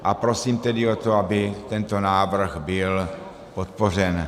A prosím tedy o to, aby tento návrh byl podpořen.